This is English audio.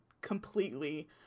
completely